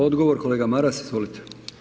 Odgovor kolega Maras, izvolite.